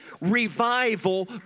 revival